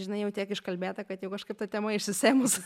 žinai jau tiek iškalbėta kad jau kažkaip ta tema išsisėmus